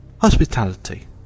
hospitality